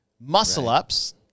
Muscle-ups